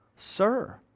Sir